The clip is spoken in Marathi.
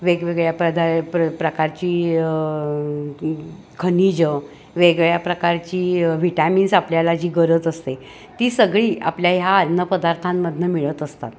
वेगवेगळ्या प्रदा प्र प्रकारची खनिजं वेगवेगळ्या प्रकारची व्हिटॅमिन्स आपल्याला जी गरज असते ती सगळी आपल्या ह्या अन्नपदार्थांमधून मिळत असतात